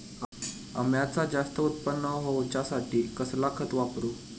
अम्याचा जास्त उत्पन्न होवचासाठी कसला खत वापरू?